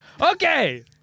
Okay